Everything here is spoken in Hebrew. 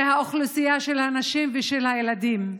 האוכלוסייה של הנשים ושל הילדים.